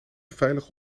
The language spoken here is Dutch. veilig